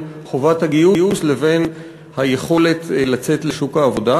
חובת הגיוס לבין היכולת לצאת לשוק העבודה.